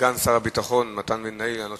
סגן שר הביטחון מתן וילנאי לענות